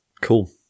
cool